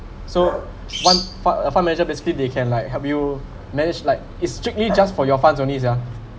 so one fund uh fund manager basically they can like help you manage like is strictly just for your funds only yeah